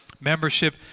membership